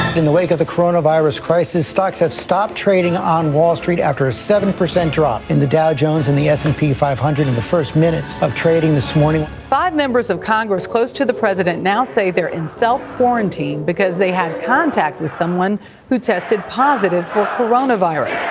in the wake of the coronavirus crisis, stocks have stopped trading on wall street after a seven percent drop in the dow jones and the s and p five hundred in the first minutes of trading this morning five members of congress close to the president now say they're in self-quarantine because they had contact with someone who tested positive for corona virus.